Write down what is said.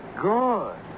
Good